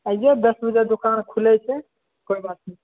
अइयौ दस बजे दोकान खुलैत छै कोइ बात नहि